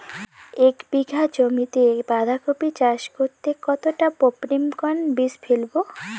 এক বিঘা জমিতে বাধাকপি চাষ করতে কতটা পপ্রীমকন বীজ ফেলবো?